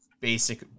basic